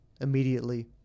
immediately